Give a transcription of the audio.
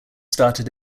started